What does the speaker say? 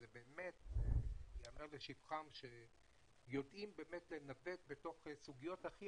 זה באמת ייאמר לשבחם שהם יודעים באמת לנווט בתוך סוגיות הכי